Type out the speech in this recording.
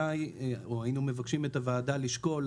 היינו מבקשים את הוועדה לשקול,